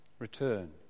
Return